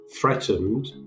threatened